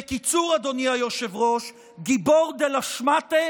בקיצור, אדוני היושב-ראש, גיבור דה לה שמאטע